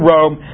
Rome